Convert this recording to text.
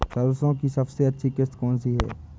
सरसो की सबसे अच्छी किश्त कौन सी है?